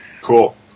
Cool